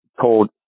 told